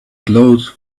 glowed